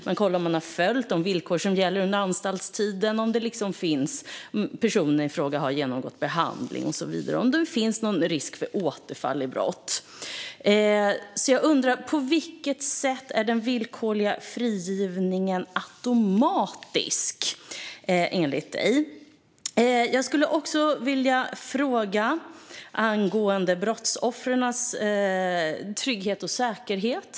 Man kollar om personen i fråga följt gällande villkor under anstaltstiden, genomgått behandling och så vidare och om det finns någon risk för återfall i brott. Jag undrar därför på vilket sätt den villkorliga frigivningen är automatisk enligt dig. Jag skulle också vilja ställa en fråga om brottsoffrens trygghet och säkerhet.